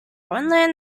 learn